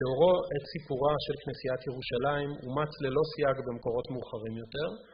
תאורו את סיפורה של כנסיית ירושלים, אומץ ללא סייג במקורות מורחבים יותר.